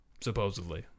supposedly